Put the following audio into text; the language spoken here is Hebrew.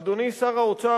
אדוני שר האוצר,